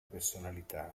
personalità